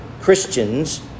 Christians